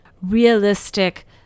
realistic